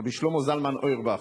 רבי שלמה זלמן אוירבך,